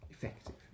Effective